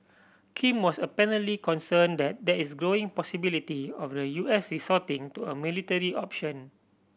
Kim was apparently concern that there is growing possibility of the U S resorting to a military option